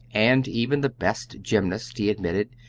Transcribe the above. and even the best gymnasts, he admitted,